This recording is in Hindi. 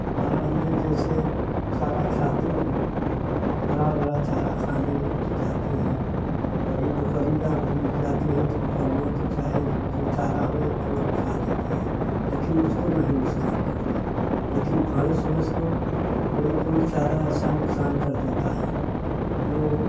बाढ़ में जैसे चारा खाती हैं हरा भरा चारा खाने जाती हैं कभी बकरियाँ भी जाती हैं तो बकरियाँ तो चाहे जो चारा हो एक कौर खा लेती है लेकिन उसको नहीं नुकसान करती लेकिन भैंस वैंस को कोई कोई चारा ऐसा नुक्सान कर देता है कि ओ